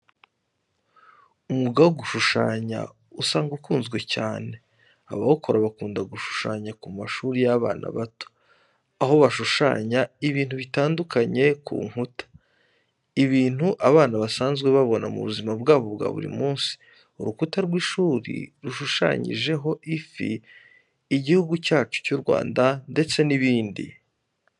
Umwuga wo gushushanya usanga ukunzwe cyane, abawukora bakunda gushushanya ku mashuri y'abana bato, aho bashushanya ibintu bitandukanye ku nkuta, ibintu abana basanzwe babona mu buzima bwabo bwa buri munsi. Urukuta rw'ishuri rushushanyijeho ifi, igihugu cyacyu cy'u Rwanda, ndetse n'ibindi.